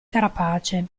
carapace